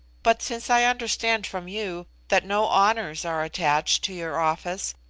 but since i understand from you that no honours are attached to your office,